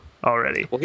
Already